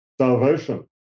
Salvation